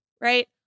right